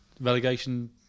relegation